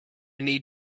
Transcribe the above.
need